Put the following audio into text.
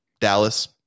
dallas